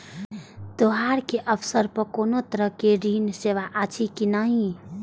त्योहार के अवसर पर कोनो तरहक ऋण सेवा अछि कि नहिं?